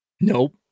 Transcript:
Nope